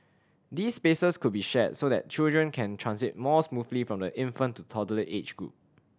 these spaces could be shared so that children can transit more smoothly from the infant to toddler age group